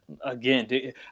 again